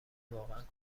واقعا